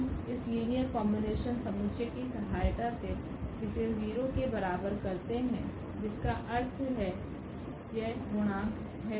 हम इस linear combination समुच्चय की सहायता से इसे 0 के बराबर करते है जिसका अर्थ होता है यह गुणांक है